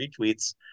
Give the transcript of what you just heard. retweets